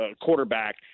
quarterback